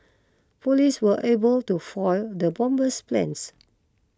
police were able to foil the bomber's plans